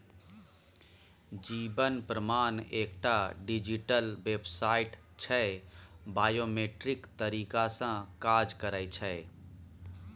जीबन प्रमाण एकटा डिजीटल बेबसाइट छै बायोमेट्रिक तरीका सँ काज करय छै